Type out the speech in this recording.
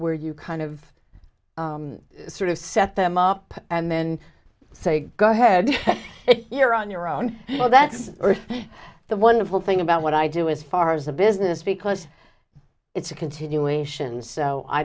where you kind of sort of set them up and then say go ahead you're on your own well that's the wonderful thing about what i do as far as a business because it's a continuation so i